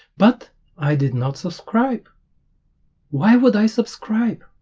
but i did not subscribe why would i subscribe?